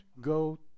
go